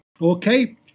Okay